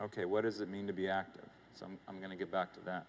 ok what does it mean to be active i'm going to get back to that